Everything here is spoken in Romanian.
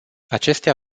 acestea